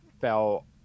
fell